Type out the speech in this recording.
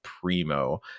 Primo